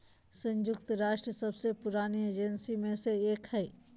संयुक्त राष्ट्र सबसे पुरानी एजेंसी में से एक हइ